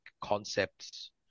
concepts